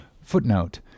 Footnote